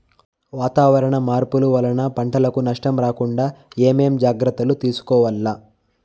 వాతావరణ మార్పులు వలన పంటలకు నష్టం రాకుండా ఏమేం జాగ్రత్తలు తీసుకోవల్ల?